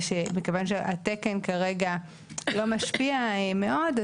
מכיוון שכרגע התקן לא משפיע מאוד,